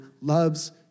loves